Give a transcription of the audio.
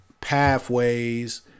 pathways